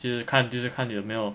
就是看就是看有没有